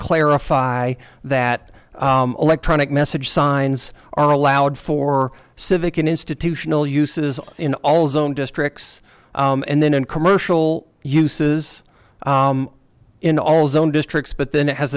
clarify that electronic message signs are allowed for civic an institutional uses in all zone districts and then in commercial uses in all zone districts but then it has